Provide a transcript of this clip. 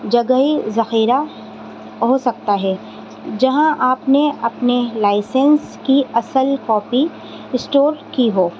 جگہی ذخیرہ ہو سکتا ہے جہاں آپ نے اپنے لائسنس کی اصل کاپی اسٹور کی ہو